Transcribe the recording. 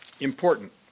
important